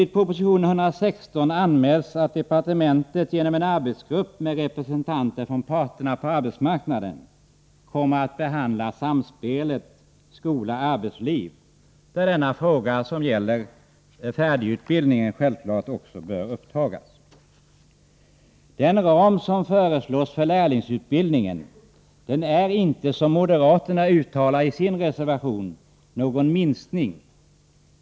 I proposition 116 anmäls att departementet genom en arbetsgrupp med representanter för parterna på arbetsmarknaden kommer att behandla samspelet skola-arbetsliv, där denna fråga som gäller färdigutbildningen självfallet också kommer att upptagas. Den ram som föreslås för lärlingsutbildningen innebär inte, som moderaterna uttalar i sin reservation, någon minskning.